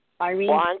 Irene